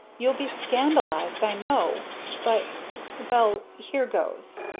you'll be scandalised, i know but well, here goes.